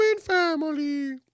family